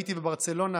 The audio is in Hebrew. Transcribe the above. הייתי בברצלונה